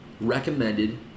recommended